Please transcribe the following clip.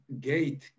gate